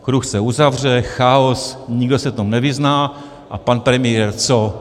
Kruh se uzavře, chaos, nikdo se v tom nevyzná a pan premiér co?